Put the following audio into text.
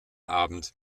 abend